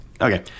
Okay